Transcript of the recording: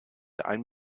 ein